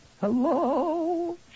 hello